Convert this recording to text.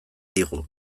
digu